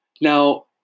Now